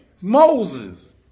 Moses